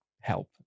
help